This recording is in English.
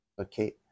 Okay